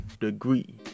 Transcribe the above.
degree